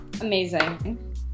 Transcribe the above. Amazing